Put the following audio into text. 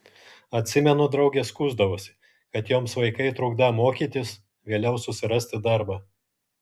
atsimenu draugės skųsdavosi kad joms vaikai trukdą mokytis vėliau susirasti darbą